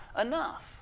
enough